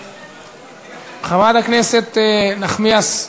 חברת הכנסת איילת נחמיאס,